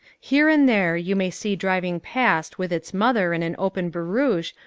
here and there you may see driving past with its mother in an open barouche,